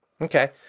Okay